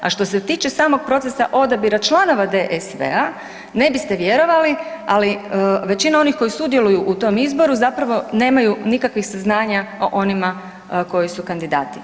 A što se tiče samog procesa odabira članova DSV-a ne biste vjerovali, ali većina onih koji sudjeluju u tom izboru zapravo nemaju nikakvih saznanja o onima koji su kandidati.